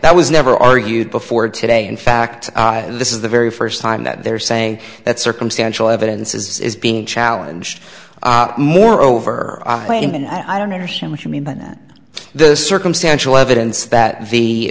that was never argued before today in fact this is the very first time that they're saying that circumstantial evidence is being challenged moreover claim and i don't understand what you mean that the circumstantial evidence that the